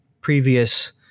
previous